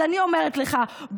אז אני אומרת לך,